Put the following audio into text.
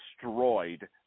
destroyed